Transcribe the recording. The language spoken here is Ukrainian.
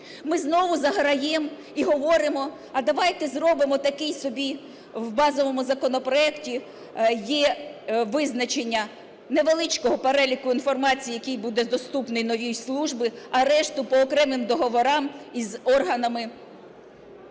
Ми знову заграємо і говоримо, а давайте зробимо такий собі… в базовому законопроекті є визначення невеличкого переліку інформації, який буде доступний новій службі, а решту – по окремим договорам із органами